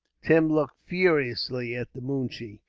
tim looked furiously at the moonshee.